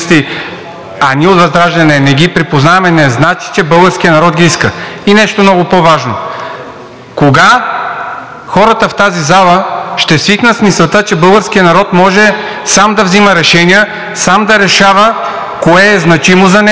а ние от ВЪЗРАЖДАНЕ не ги припознаваме, не значи, че българският народ ги иска. Нещо много по-важно. Кога хората в тази зала ще свикнат с мисълта, че българският народ може сам да взима решения, сам да решава кое е значимо за него,